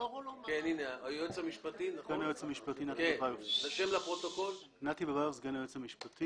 אני סגן היועץ המשפטי במשרד הפנים.